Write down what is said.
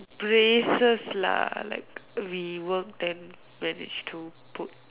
places lah like we work then manage to put